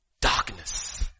Darkness